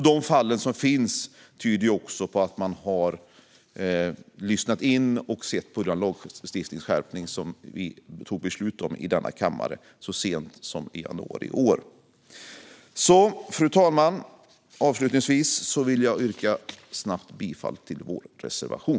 De fall som finns tyder på att man har lyssnat in och sett den lagstiftningsskärpning som vi tog beslut om i denna kammare och som infördes så sent som i januari i år. Fru talman! Avslutningsvis vill jag yrka bifall till vår reservation.